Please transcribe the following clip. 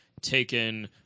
taken